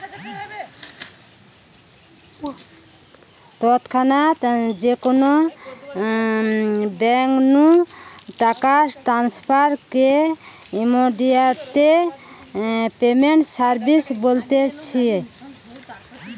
তৎক্ষণাৎ যে কোনো বেঙ্ক নু টাকা ট্রান্সফার কে ইমেডিয়াতে পেমেন্ট সার্ভিস বলতিছে